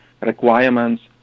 requirements